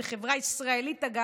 זאת חברה ישראלית, אגב,